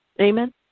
Amen